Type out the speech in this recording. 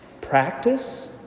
practice